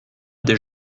des